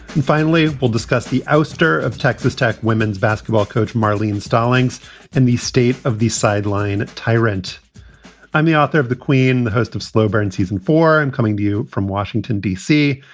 and finally, we'll discuss the ouster of texas tech women's basketball coach marlene stallings and the state of the sideline tyrant i'm the author of the queen, the host of slow burn season four. i'm coming to you from washington, dc.